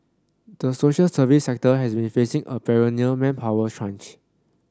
the social service sector has been facing a perennial manpower crunch